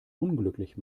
unglücklich